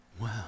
Wow